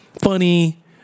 funny